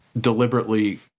deliberately